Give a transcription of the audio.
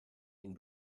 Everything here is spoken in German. ihn